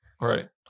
Right